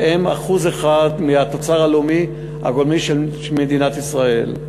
שהם 1% מהתוצר הלאומי הגולמי של מדינת ישראל.